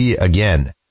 again